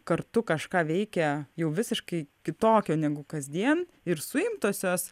kartu kažką veikia jau visiškai kitokio negu kasdien ir suimtosios